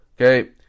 Okay